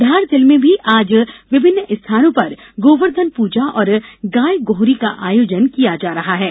धार जिले में भी आज विभिन्न स्थानों पर गोवर्धन पूजा और गाय गोहरी के आयोजन किये जायेंगे